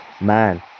man